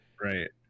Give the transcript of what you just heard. Right